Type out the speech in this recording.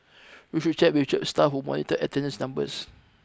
you should check with the church staff who monitored attendance numbers